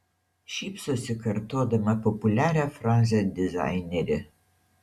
šypsosi kartodama populiarią frazę dizainerė